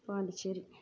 Pondicherry